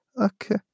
okay